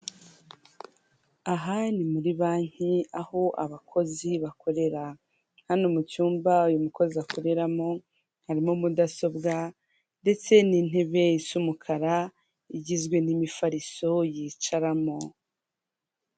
Aha ni muri banki aho abakozi bakorera hano mu cyumba uyu mukozi akoreramo harimo mudasobwa ndetse n'intebe z'umukara igizwe n'imifariso yicaramo.